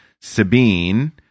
Sabine